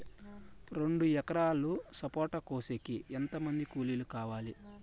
రెండు ఎకరాలు సపోట కోసేకి ఎంత మంది కూలీలు కావాలి?